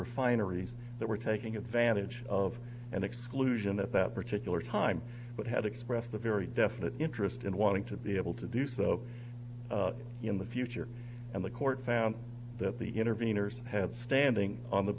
refineries that were taking advantage of an exclusion at that particular time but had expressed a very definite interest in wanting to be able to do so in the future and the court found that the interveners had standing on the